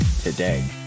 today